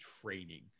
training